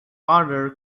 other